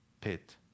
pit